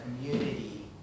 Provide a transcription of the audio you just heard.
community